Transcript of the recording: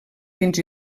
fins